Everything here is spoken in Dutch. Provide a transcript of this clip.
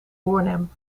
bornem